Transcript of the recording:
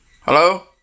Hello